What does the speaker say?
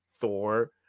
thor